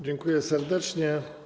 Dziękuję serdecznie.